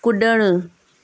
कुॾणु